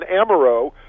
Amaro